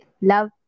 Love